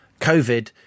COVID